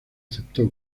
aceptó